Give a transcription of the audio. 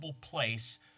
place